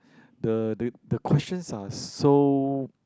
the the the questions are so